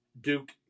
duke